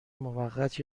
موقت